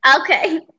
okay